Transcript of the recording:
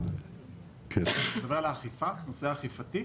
אתה מדבר על הנושא האכיפתי?